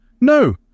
No